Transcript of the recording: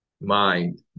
mind